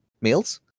meals